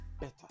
better